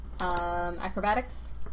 Acrobatics